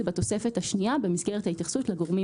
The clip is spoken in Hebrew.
בתוספת השנייה במסגרת ההתייחסות לגורמים